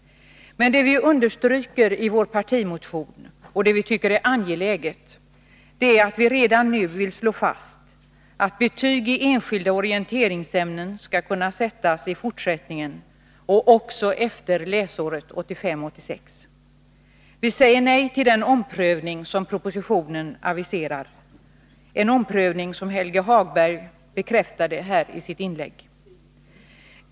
Men vi understryker i vår partimotion att vi redan nu vill slå fast att betyg i enskilda orienteringsämnen skall kunna sättas i fortsättningen, också efter läsåret 1985/86. Vi säger nej till den omprövning som propositionen aviserar och som Helge Hagberg bekräftade i sitt inlägg här.